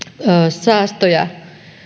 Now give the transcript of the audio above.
säästöjä